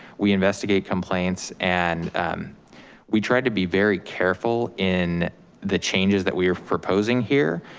we investigate complaints and we tried to be very careful in the changes that we are proposing here,